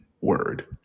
word